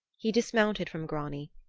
he dismounted from grani,